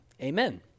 amen